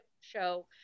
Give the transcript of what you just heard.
show